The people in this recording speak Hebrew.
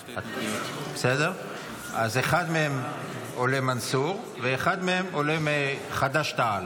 אז אחד מהם עולה, מנסור, ועולה אחד מחד"ש-תע"ל.